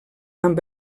amb